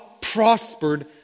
prospered